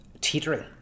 teetering